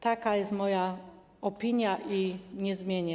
Taka jest moja opinia i jej nie zmienię.